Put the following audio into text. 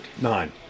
Nine